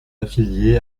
affilié